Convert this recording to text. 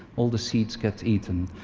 all the seeds get eaten.